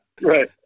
Right